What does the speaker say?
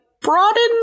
broaden